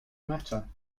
matter